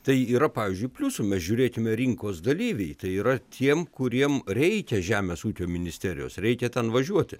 tai yra pavyzdžiui pliusų mes žiūrėkime rinkos dalyviai tai yra tiem kuriem reikia žemės ūkio ministerijos reikia ten važiuoti